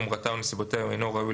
חומרתה או נסיבותיה הוא אינו ראוי,